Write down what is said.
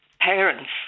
parents